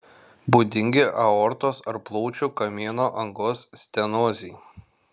būdingi aortos ar plaučių kamieno angos stenozei